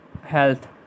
health